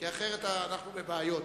כי אחרת אנחנו בבעיות.